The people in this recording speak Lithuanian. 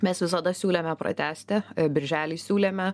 mes visada siūlėme pratęsti birželį siūlėme